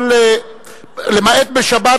למעט בשבת,